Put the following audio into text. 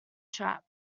trap